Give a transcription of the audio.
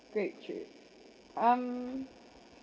great trip um